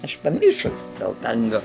aš pamišus dėl tango